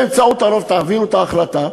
באמצעות הרוב תעבירו את ההחלטה,